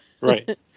Right